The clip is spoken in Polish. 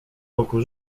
roku